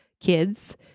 kids